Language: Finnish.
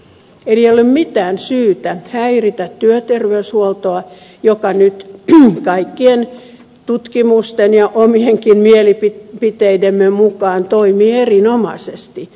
eli ei ole mitään syytä häiritä työterveyshuoltoa joka nyt kaikkien tutkimusten ja omienkin mielipiteidemme mukaan toimii erinomaisesti